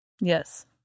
Yes